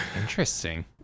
interesting